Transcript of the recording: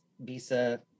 visa